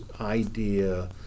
idea